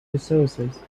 resources